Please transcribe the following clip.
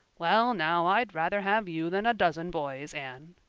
well now, i'd rather have you than a dozen boys, anne,